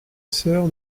sœur